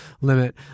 limit